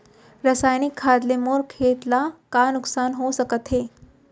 रसायनिक खाद ले मोर खेत ला का नुकसान हो सकत हे?